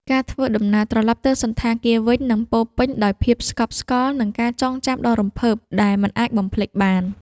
ការធ្វើដំណើរត្រឡប់ទៅសណ្ឋាគារវិញនឹងពោរពេញដោយភាពស្កប់ស្កល់ និងការចងចាំដ៏រំភើបដែលមិនអាចបំភ្លេចបាន។